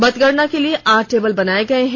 मतगणना के लिए आठ टेबल बनाए गए हैं